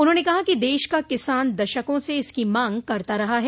उन्होंने कहा कि देश का किसान दशकों से इसकी मांग करता रहा है